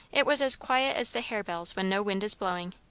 it was as quiet as the harebells when no wind is blowing.